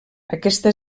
aquesta